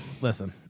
Listen